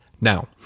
Now